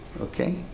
Okay